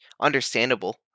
understandable